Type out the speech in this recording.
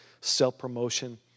self-promotion